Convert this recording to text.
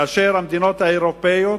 והמדינות האירופיות,